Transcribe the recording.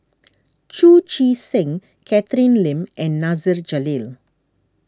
Chu Chee Seng Catherine Lim and Nasir Jalil